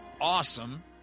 awesome